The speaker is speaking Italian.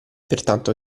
pertanto